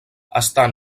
estan